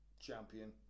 champion